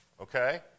Okay